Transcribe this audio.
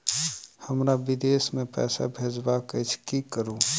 हमरा विदेश मे पैसा भेजबाक अछि की करू?